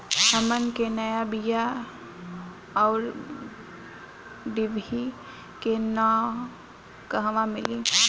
हमन के नया बीया आउरडिभी के नाव कहवा मीली?